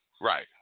Right